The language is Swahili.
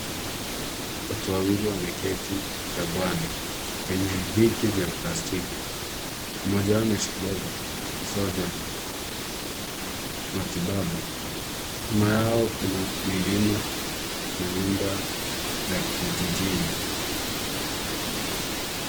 Watu wawili wameketi chagwani kwenye viti vya plastiki . Mmoja wao ameshikilia vifaa vya matibabu . Nyuma yao kuna milima na nyumba za kijijini.